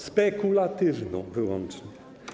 Spekulatywną wyłącznie.